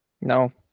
No